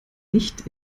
nicht